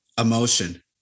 emotion